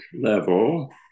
level